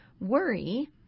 worry